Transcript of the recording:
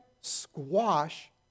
squash